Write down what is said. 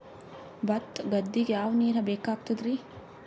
ಭತ್ತ ಗದ್ದಿಗ ಯಾವ ನೀರ್ ಬೇಕಾಗತದರೀ?